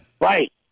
Right